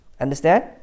Understand